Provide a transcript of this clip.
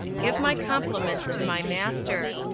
give my compliments to my master.